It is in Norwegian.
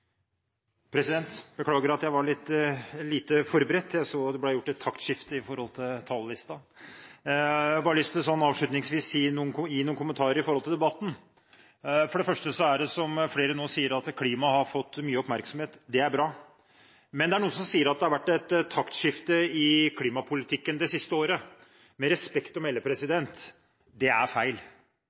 ble gjort et taktskifte på talerlisten. Jeg har avslutningsvis bare lyst til å gi noen kommentarer til debatten. For det første har klimaet – som flere har sagt – fått mye oppmerksomhet. Det er bra. Men det er noen som sier at det har vært et taktskifte i klimapolitikken det siste året. Med respekt å melde: Det er feil.